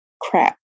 crap